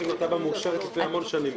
התב"ע מאושרת כבר המון שנים.